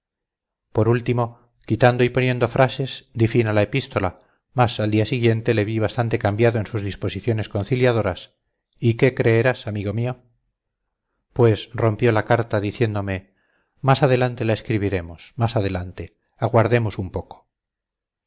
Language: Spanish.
por último quitando y poniendo frases di fin a la epístola mas al día siguiente le vi bastante cambiado en sus disposiciones conciliadoras y qué creerás amigo mío pues rompió la carta diciéndome más adelante la escribiremos más adelante aguardemos un poco